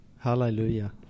hallelujah